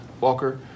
Walker